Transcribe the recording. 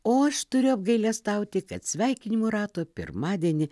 o aš turiu apgailestauti kad sveikinimų rato pirmadienį